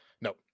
No